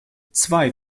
zwei